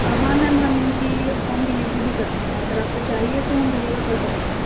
ہاں میم ہم ان کی ہوم ڈلیوری بھی کرتے ہیں اگر آپ کو چاہیے تو ہم ڈلیور کر سکتے ہیں